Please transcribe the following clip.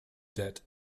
dead